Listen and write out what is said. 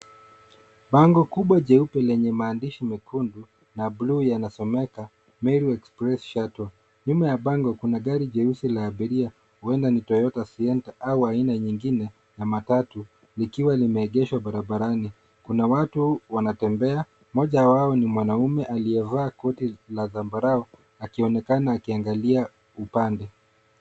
Bango kubwa jeupe lenye maandishi nyekundu na bluu yanasomeka Meru Express Shuttle. Nyuma ya bango kuna gari jeusi la abiria huenda ni Toyota Sienta au aina nyinge ya matatu ikiwa limeegeshwa barabarani. Kuna watu wanatembea, mmoja wao ni mwanaume aliyevaa koti la sambarau akionekana akiangalia upande.